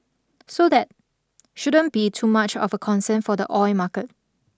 so that shouldn't be too much of a concern for the oil market